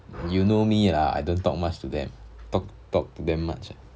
you know me lah I don't talk much to them talk talk to them much ah